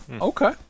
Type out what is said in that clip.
Okay